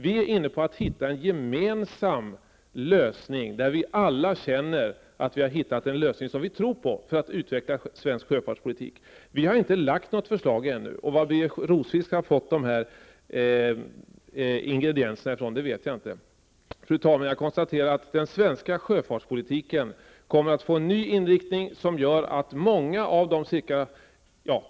Vi vill finna en gemensam lösning, som vi alla kan känna att vi tror på, för att utveckla svensk sjöfartspolitik. Vi har dock inte lagt fram något förslag ännu. Var Birger Rosqvist har fått sina ingredienser ifrån vet jag inte. Fru talman! Jag konstaterar att den svenska sjöfartspolitiken kommer att få en ny inriktning.